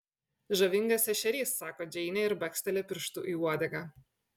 žavingas ešerys sako džeinė ir baksteli pirštu į uodegą